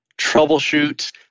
troubleshoot